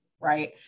right